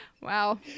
Wow